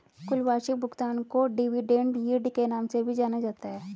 कुल वार्षिक भुगतान को डिविडेन्ड यील्ड के नाम से भी जाना जाता है